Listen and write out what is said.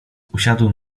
usiadłem